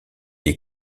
est